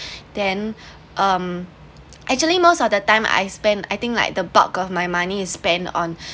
then um actually most of the time I spend I think like the bulk of my money is spent on